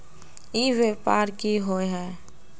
ई व्यापार की होय है?